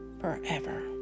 forever